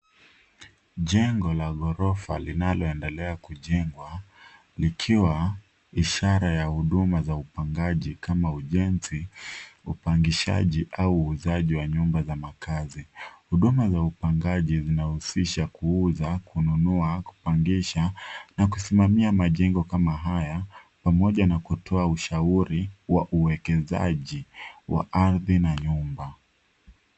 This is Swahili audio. Jengo la ghorofa linaloendelea kujengwa likiwa ishara ya huduma za upangaji kama ujenzi, upangishaji au uzaji wa nyumba za makazi. Huduma za upangaji zinausisha kuuza, kunua, kupangisha na kusimamia majengo kama haya, pamoja na kutoa ushauri wa uwekezaji wa ardhi na nyumba.